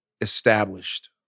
established